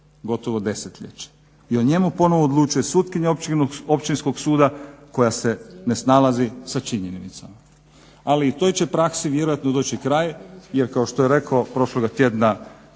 gotovo desetljeće i o njemu ponovo odlučuje sutkinja općinskog suda koja se ne snalazi sa činjenicama. Ali i toj će praksi vjerojatno doći kraj, jer kao što je rekao prošloga tjedna